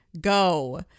go